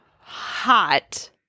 hot